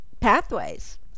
pathways